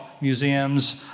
museums